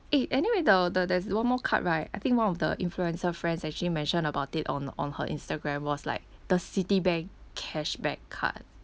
eh anyway the the there's one more card right I think one of the influencer friends actually mention about it on on her instagram was like the Citibank cashback card